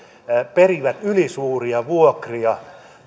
perivät ylisuuria vuokria